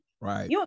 Right